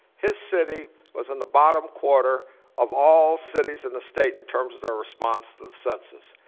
his city was in the bottom quarter of all cities in the state in terms their response to the census.